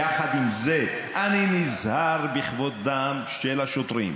יחד עם זה אני נזהר בכבודם של השוטרים.